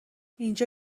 اینجا